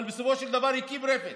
אבל בסופו של דבר הוא הקים רפת,